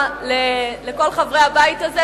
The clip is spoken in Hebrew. בתוכה חוק לימודי ליבה,